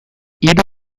hiru